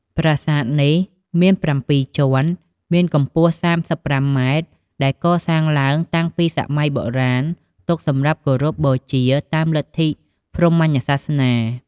ប្រាសាទនេះមាន៧ជាន់ មានកំពស់ ៣៥ម៉ែត្រ ដែលកសាងឡើងតាំងពីសម័យបុរាណ ទុកសំរាប់ជាការគោរពបូជាតាមលទ្ធិព្រហ្មញ្ញសាសនា។